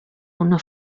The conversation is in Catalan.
una